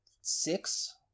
six